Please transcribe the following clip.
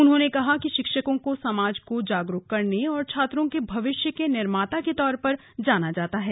उन्होंने कहा कि शिक्षक को समाज को जागरुक करने और छात्रों के भविष्य के निर्माता के तौर पर जाना जाता है